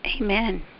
Amen